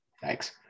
Thanks